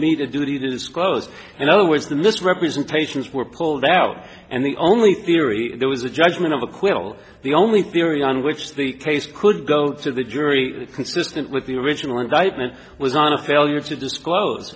a duty to disclose in other words the misrepresentations were pulled out and the only theory there was a judgment of acquittal the only theory on which the case could go to the jury consistent with the original indictment was not a failure to disclose